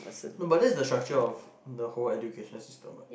no but that's the structure of the whole educational system what